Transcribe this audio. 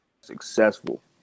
successful